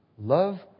love